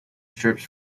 strips